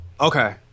Okay